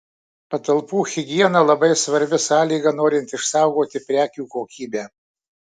patalpų higiena labai svarbi sąlyga norint išsaugoti prekių kokybę